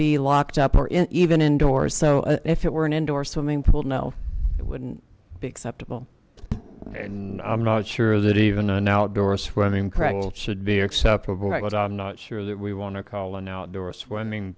be locked up or in even indoors so if it were an indoor swimming pool no it wouldn't be acceptable and i'm not sure that even an outdoor swimming crackle should be acceptable but i'm not sure that we want to call an outdoor swimming